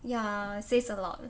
ya says a lot